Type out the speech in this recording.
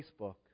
Facebook